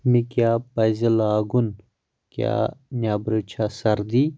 مےٚ کیٛاہ پزِ لاگُن، کیٛاہ نیٚبرٕ چھا سردی؟